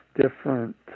different